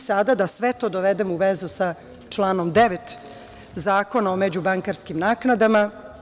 Sada da sve to dovedem u vezu sa članom 9. Zakona o međubankarskim naknadama.